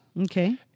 Okay